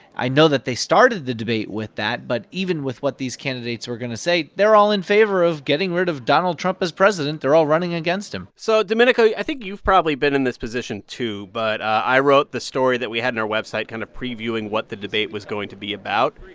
i know that they started the debate with that, but even with what these candidates were going to say, they're all in favor of getting rid of donald trump as president. they're all running against him so domenico, i think you've probably been in this position, too, but i wrote the story that we had in our website kind of previewing what the debate was going to be about.